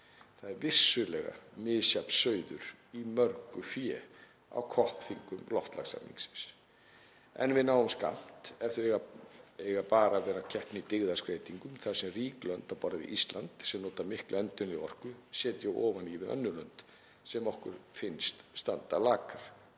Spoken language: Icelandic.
Það er vissulega misjafn sauður í mörgu fé á COP-þingum loftslagssamningsins en við náum skammt ef þau eiga bara að vera keppni í dyggðaskreytingu þar sem rík lönd á borð við Ísland sem nota mikla orku setja ofan í við önnur lönd sem okkur finnst standa lakar.